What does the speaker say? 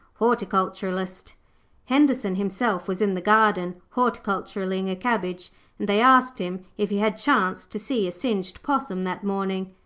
horticulturist'. henderson himself was in the garden, horticulturing a cabbage, and they asked him if he had chanced to see a singed possum that morning.